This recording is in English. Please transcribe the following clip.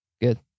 Good